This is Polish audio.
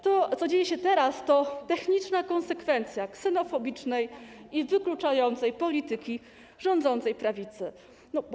To, co dzieje się teraz, to techniczna konsekwencja ksenofobicznej i wykluczającej polityki rządzącej prawicy.